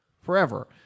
forever